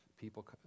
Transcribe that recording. people